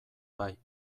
bai